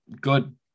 good